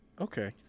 okay